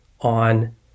on